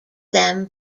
them